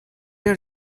had